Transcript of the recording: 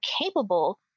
capable